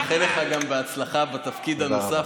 אני מאחל לך הצלחה גם בתפקיד הנוסף.